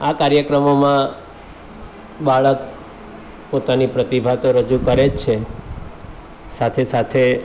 આ કાર્યક્રમોમાં બાળક પોતાની પ્રતિભા તો રજૂ કરે જ છે સાથે સાથે